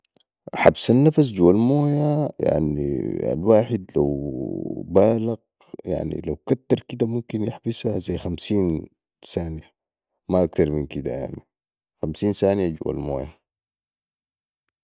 حبس النفس جوه المويه يعني الواحد لو بالغ يعني لو كتر كده ممكن يحبس زي خمسين ثانيه ما اكتر من كده يعني خمسين ثانيه جوه المويه